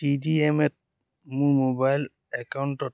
T D M এত mobile একাউণ্টত